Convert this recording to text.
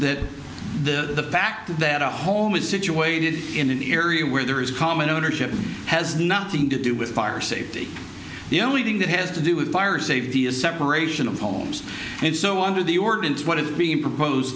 that that the fact that a home is situated in an area where there is common ownership has nothing to do with fire safety the only thing that has to do with fire safety a separation of homes and so on to the ordinance what is being proposed